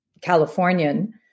Californian